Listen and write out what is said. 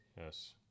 Yes